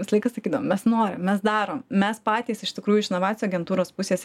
visą laiką sakydavom mes norim mes darom mes patys iš tikrųjų iš inovacijų agentūros pusės